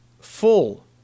full